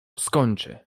skończy